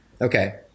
Okay